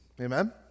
Amen